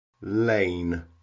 Lane